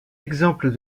exemples